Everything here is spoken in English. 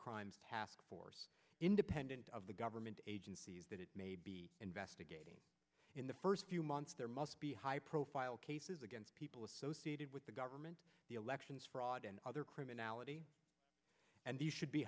crimes task force independent of the government agencies that it may be investigating in the first few months there must be high profile cases against people associated with the government the elections fraud and other criminality and you should be